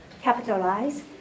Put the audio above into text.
capitalize